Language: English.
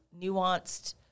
nuanced